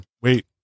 Wait